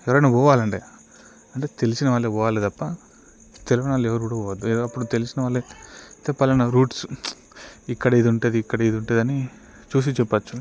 ఎవరైనా పోవాలంటే అంటే తెలిసిన వాళ్ళు పోవాలి తప్ప తెలియని వాళ్లు ఎవరు కూడా పోవద్దు లేకపోతే తెలిసిన వాళ్లే పలానా రూట్స్ ఇక్కడ ఇది ఉంటుంది ఇక్కడ ఇది ఉంటుంది అని చూసి చెప్పవచ్చు